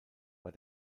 war